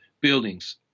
buildings